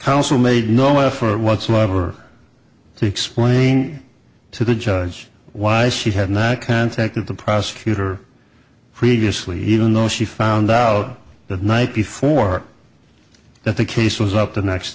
counsel made no effort whatsoever to explain to the judge why she had not contacted the prosecutor previously even though she found out that night before that the case was up the next